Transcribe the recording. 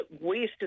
wasted